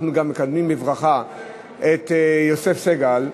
אנחנו גם מקדמים בברכה את יוסף סגל,